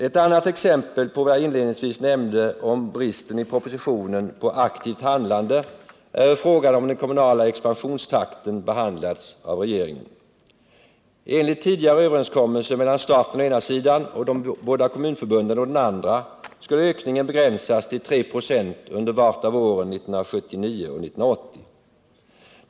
Ett annat exempel på vad jag inledningsvis nämnde om bristen i propositionen på aktivt handlande, är hur frågan om den kommunala expansionstakten behandlats av regeringen. Enligt tidigare överenskommelse mellan staten å ena sidan och de båda kommunförbunden å den andra skulle ökningen begränsas till 3 96 under vart och ett av åren 1979 och 1980.